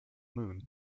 moon